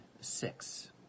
six